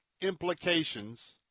implications